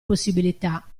possibilità